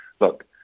look